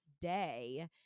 Day